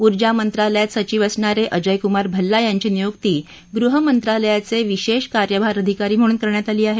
ऊर्जा मंत्रालयात सचिव असणारे अजयकुमार भल्ला यांची नियुक्ती गृह मंत्रालयाचे विशेष कार्यभार अधिकारी म्हणून करण्यात आली आहे